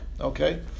okay